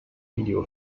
video